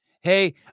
hey